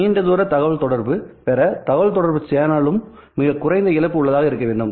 நீண்ட தூர தகவல்தொடர்பு பெற தகவல்தொடர்பு சேனலும் மிகக் குறைந்த இழப்பு உள்ளதாக இருக்க வேண்டும்